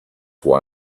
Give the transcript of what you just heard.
why